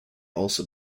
also